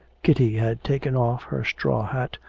kitty had taken off her straw hat,